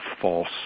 false